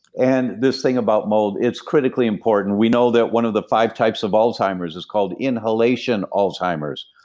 and this thing about mold, it's critically important. we know that one of the five types of alzheimer's is called inhalation alzheimer's.